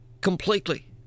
completely